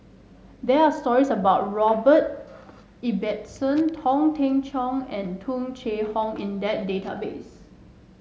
there are stories about Robert Ibbetson Teng Cheong and Tung Chye Hong in that database